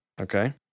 Okay